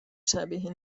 شبیه